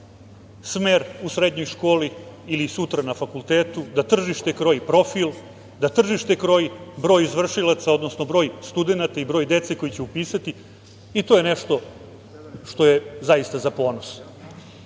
smer u srednjoj školi ili sutra na fakultetu, da tržište kroji profil, da tržište kroji broj izvršilaca, odnosno broj studenata dece koje će upisati, i to je nešto što je zaista za ponos. Što